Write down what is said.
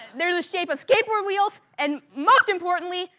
they are the shape of skateboard wheels, and most importantly,